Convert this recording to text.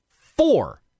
four